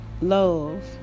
Love